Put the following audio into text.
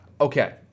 Okay